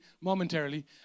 momentarily